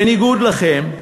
בניגוד אליכם,